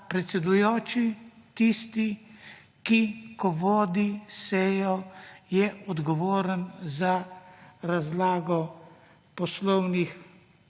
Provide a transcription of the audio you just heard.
predsedujoči tisti, ki je, ko vodi sejo, odgovoren za razlago členov